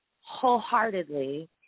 wholeheartedly